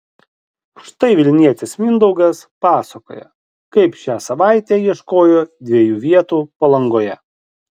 štai vilnietis mindaugas pasakoja kaip šią savaitę ieškojo dviejų vietų palangoje